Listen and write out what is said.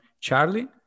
Charlie